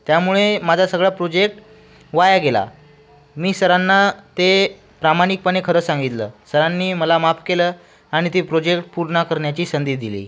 त्यामुळे माझा सगळा प्रोजेक्ट वाया गेला मी सरांना ते प्रामाणिकपणे खरं सांगितलं सरांनी मला माफ केलं आणि ते प्रोजेक्ट पूर्ण करण्याची संधी दिली